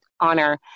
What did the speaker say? honor